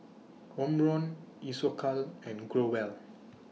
Omron Isocal and Growell